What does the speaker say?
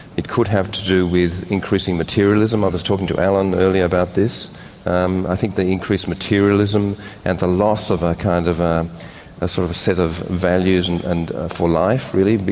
it could have to do with increasing materialism. i was talking to alan earlier about this um i think the increased materialism and the loss of a kind of ah sort of a set of values and and for life, really,